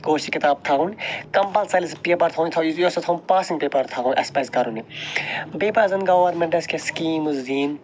کٲشرِ کِتاب تھاون یہِ اوس تھاوُن پاسِنٛگ پیپر تھاوُن اَسہِ پَزِ کَرُن یہِ بیٚیہِ پَزَن گَوَرمنٹَس کینٛہہ سکیٖمز دِنۍ